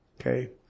Okay